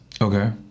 Okay